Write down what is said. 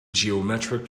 geometric